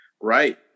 Right